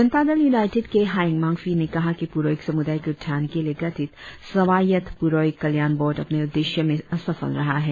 Janata Dal United के हायेंग मांगफी ने कहा कि प्रोइक समुदाय के उत्थान के लिए गठित स्वायत्त प्रोइक कल्याण बोर्ड अपने उद्देश्यों में असफल रहा है